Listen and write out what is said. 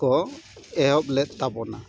ᱠᱚ ᱮᱦᱚᱵ ᱞᱮᱫ ᱛᱟᱵᱚᱱᱟ